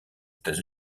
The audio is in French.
états